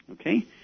Okay